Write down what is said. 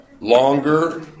longer